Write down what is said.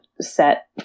set